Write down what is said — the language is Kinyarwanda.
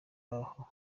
baho